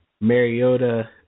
Mariota